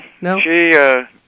No